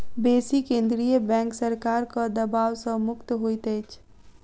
बेसी केंद्रीय बैंक सरकारक दबाव सॅ मुक्त होइत अछि